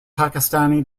pakistani